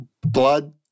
blood